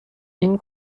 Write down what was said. این